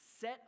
set